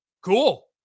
Cool